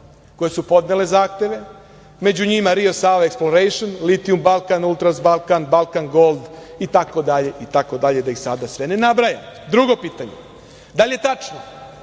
koje su podnele zahteve. Među njima, „Rio Sava eksplorejšn“, „Litijum Balkan“, „Ultra Balkan“, „Balkan gold“ itd, da ih sada sve ne nabrajam. Drugo pitanje, da li je tačno